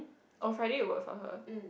oh Friday you work for her